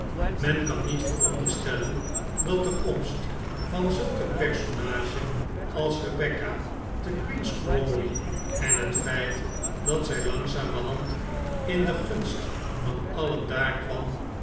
men kan niet veronderstellen dat de komst van zulk een personage als rebecca te queen's crawley en het feit dat zij langzamerhand in de gunst van alien daar kwam